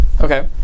Okay